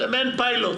זה מעין פיילוט.